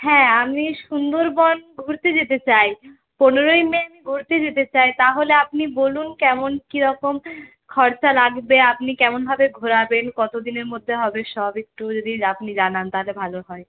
হ্যাঁ আমি সুন্দরবন ঘুরতে যেতে চাই পনেরোই মে আমি ঘুরতে যেতে চাই তাহলে আপনি বলুন কেমন কীরকম খরচা লাগবে আপনি কেমনভাবে ঘোরাবেন কতদিনের মধ্যে হবে সব একটু যদি আপনি জানান তাহলে ভালো হয়